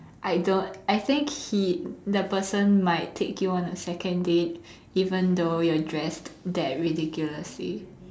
I don't I think he the person might take you on a second date even though you are dressed that ridiculously